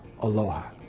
Aloha